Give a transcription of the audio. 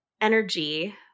energy